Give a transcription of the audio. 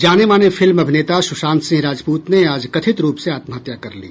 जाने माने फिल्म अभिनेता सुशांत सिंह राजपूत ने आज कथित रूप से आत्महत्या कर ली